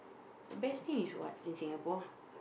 best thing is what in Singapore